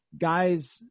guys